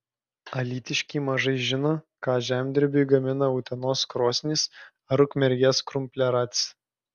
alytiškiai mažai žino ką žemdirbiui gamina utenos krosnys ar ukmergės krumpliaratis